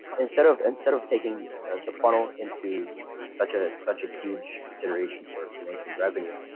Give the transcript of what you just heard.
instead of instead of taking the funnel into such a such a huge consideration for for making revenue,